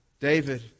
David